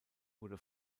wurde